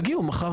יגיעו מחר.